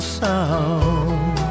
sound